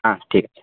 হ্যাঁ ঠিক আছে